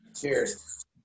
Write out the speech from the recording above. Cheers